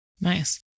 Nice